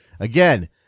Again